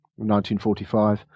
1945